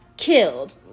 killed